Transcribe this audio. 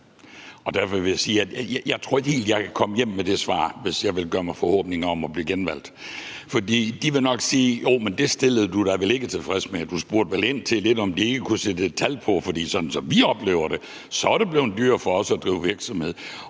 Derfor vil jeg sige, at jeg ikke helt tror, at jeg kan komme hjem med det svar, hvis jeg vil gøre mig forhåbninger om at blive genvalgt. De vil nok sige: Det stillede du dig vel ikke tilfreds med; du spurgte vel ind til, om de ikke kunne sætte et tal på, for sådan som vi oplever det, er det blevet dyrere for os at drive virksomhed,